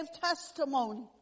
testimony